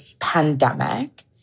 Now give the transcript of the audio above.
pandemic